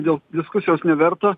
dėl diskusijos neverta